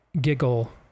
giggle